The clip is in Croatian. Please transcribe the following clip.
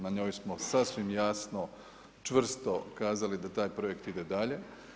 Na njoj smo sasvim jasno čvrsto kazali da taj projekt ide dalje.